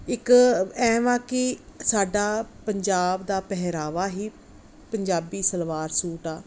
ਇੱਕ ਐਂ ਵਾ ਕਿ ਸਾਡਾ ਪੰਜਾਬ ਦਾ ਪਹਿਰਾਵਾ ਹੀ ਪੰਜਾਬੀ ਸਲਵਾਰ ਸੂਟ ਆ